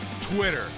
Twitter